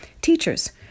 Teachers